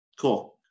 Cool